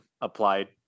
applied